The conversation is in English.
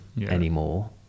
anymore